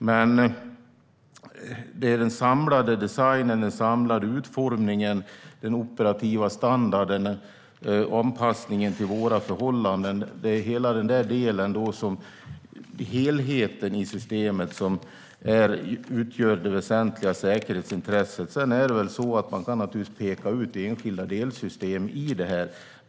Det gäller den samlade designen, den samlade utformningen, den operativa standarden och anpassningen vill våra förhållanden. Det är helheten i systemet som utgör det väsentliga säkerhetsintresset. Man kan naturligtvis peka ut enskilda delsystem i det.